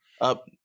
up